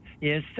Yes